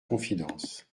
confidence